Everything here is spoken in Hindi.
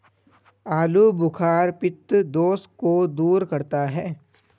आलूबुखारा पित्त दोष को दूर करता है